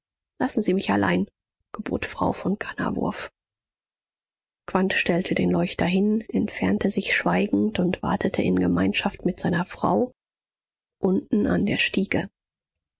lassen sie mich allein gebot frau von kannawurf quandt stellte den leuchter hin entfernte sich schweigend und wartete in gemeinschaft mit seiner frau unten an der stiege